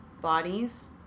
bodies